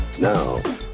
Now